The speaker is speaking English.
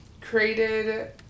created